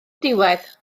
diwedd